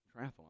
triathlon